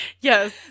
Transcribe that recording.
Yes